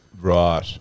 Right